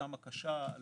בשעתם הקשה עלולים